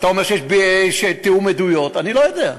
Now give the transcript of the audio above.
אתה אומר שיש תיאום עדויות, אני לא יודע.